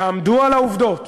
תעמדו על העובדות.